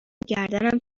گردنم